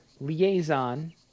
liaison